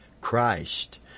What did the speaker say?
Christ